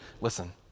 listen